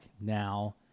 now